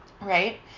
right